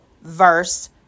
verse